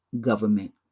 government